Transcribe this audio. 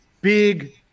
big